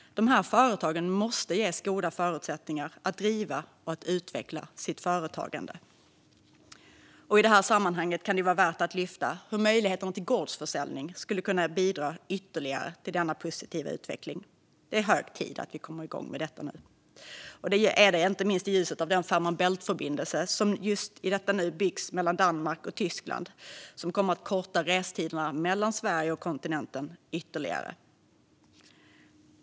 Sådana företag måste ges goda förutsättningar att utvecklas. I det här sammanhanget kan det vara värt att lyfta fram hur möjligheten till gårdsförsäljning skulle kunna bidra ytterligare till denna positiva utveckling. Det är hög tid att vi kommer igång med detta nu, inte minst i ljuset av den Fehmarn Bält-förbindelse som nu byggs mellan Danmark och Tyskland och som kommer att korta restiderna mellan Sverige och kontinenten ytterligare.